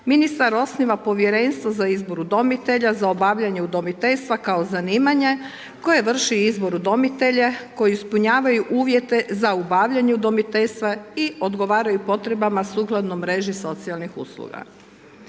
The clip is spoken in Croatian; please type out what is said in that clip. ministar osniva povjerenstvo za izbor udomitelja, za obavljanje udomiteljstva kao zanimanje koje vrši izbor udomitelja koji ispunjavanju uvjete za obavljanje udomiteljstva i odgovaraju potrebama sukladno mreži socijalnih usluga.